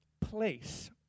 place